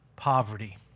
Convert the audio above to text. Poverty